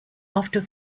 after